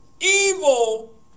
evil